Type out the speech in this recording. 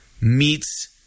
meets